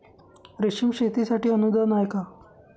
रेशीम शेतीसाठी अनुदान आहे का?